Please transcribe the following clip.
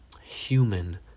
human